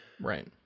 Right